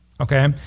Okay